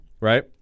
right